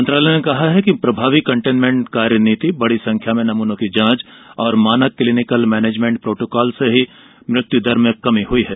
मंत्रालय ने कहा है कि प्रभावी कंटेनमेंट कार्य नीति बड़ी संख्यार में नमूनों की जांच और मानक क्लिनिकल मैनेजमेंट प्रोटोकॉल से मृत्युदर में कमी हुई है